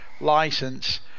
license